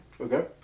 Okay